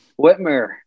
Whitmer